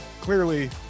clearly